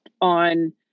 on